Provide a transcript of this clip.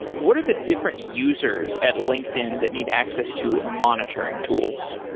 what are the different users at linkedin that need access to monitoring tools?